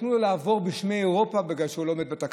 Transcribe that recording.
לא ייתנו לו לעבור בשמי אירופה בגלל שהוא לא עומד בתקנות.